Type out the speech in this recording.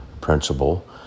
principle